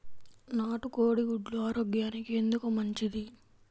నాటు కోడి గుడ్లు ఆరోగ్యానికి ఎందుకు మంచిది?